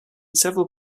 several